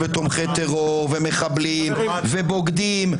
ו"תומכי טרור" ו"מחבלים" ו"בוגדים",